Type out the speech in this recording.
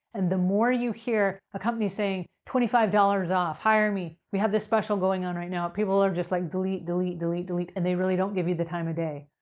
and the more you hear a company saying, twenty five off, hire me. we have this special going on right now, people are just like, delete, delete, delete, delete. and they really don't give you the time of day.